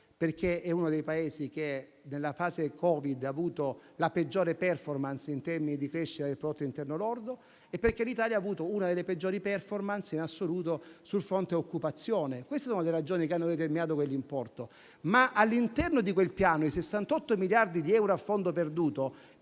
popolazione più ampia, che nella fase Covid-19 ha avuto la peggiore *performance* in termini di crescita del prodotto interno lordo e ha avuto una delle peggiori *performance* in assoluto sul fronte dell'occupazione. Queste sono le ragioni che hanno determinato quell'importo. All'interno di quel Piano, però, i 68 miliardi di euro a fondo perduto,